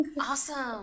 awesome